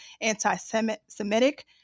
anti-Semitic